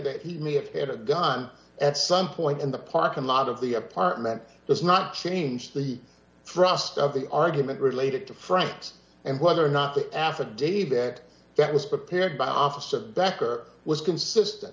that he may have had a gun at some point in the parking lot of the apartment does not change the thrust of the argument related to franks and whether or not the affidavit that was prepared by officer backer was consistent